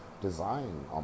design